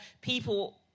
people